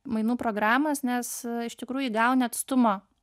mainų programos nes tu iš tikrųjų gauni atstumą